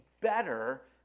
better